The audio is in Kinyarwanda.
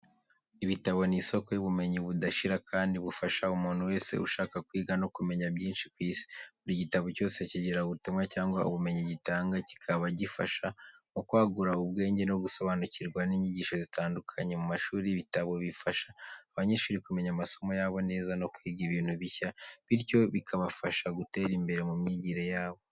Ibitabo ni isoko y’ubumenyi budashira kandi bufasha umuntu wese ushaka kwiga no kumenya byinshi ku Isi. Buri gitabo cyose kigira ubutumwa cyangwa ubumenyi gitanga, kikaba gifasha mu kwagura ubwenge no gusobanukirwa n’inyigisho zitandukanye. Mu mashuri, ibitabo bifasha abanyeshuri kumenya amasomo yabo neza no kwiga ibintu bishya, bityo bikabafasha gutera imbere mu myigire yabo.